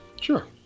Sure